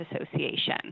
Association